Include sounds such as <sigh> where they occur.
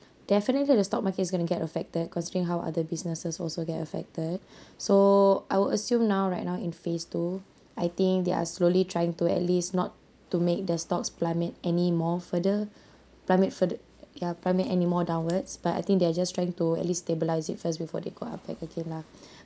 <breath> definitely the stock market is going to get affected considering how other businesses also get affected <breath> so I will assume now right now in phase two I think they're slowly trying to at least not to make their stocks plummet any more further <breath> plummet further ya plummet anymore downwards but I think they are just trying to at least stabilize it first before they go up again lah